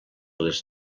les